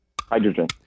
Hydrogen